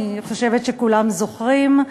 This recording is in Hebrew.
אני חושבת שכולנו זוכרים,